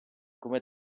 come